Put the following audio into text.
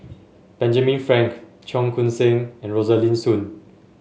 Benjamin Frank Cheong Koon Seng and Rosaline Soon